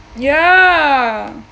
ya